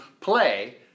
play